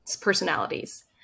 personalities